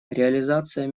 реализация